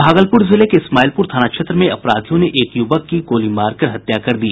भागलपुर जिले इस्माईलपुर थाना क्षेत्र में अपराधियों ने एक युवक की गोली मारकर हत्या कर दी